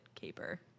Caper